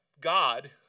God